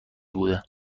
بود